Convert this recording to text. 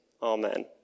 Amen